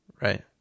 Right